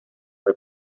fue